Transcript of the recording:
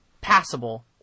passable